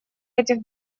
этих